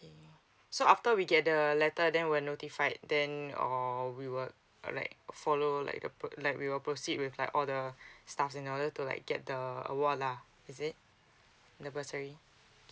so after we get the letter then we'll notified then or we were like follow like uh like we will proceed with like all the stuffs in order to like get the award (la) is it the bursary